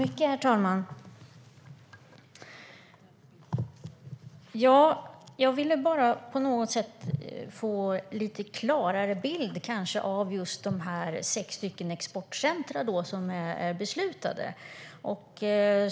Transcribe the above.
Herr talman! Jag vill bara få en lite klarare bild av de sex exportcentrumen som är beslutade.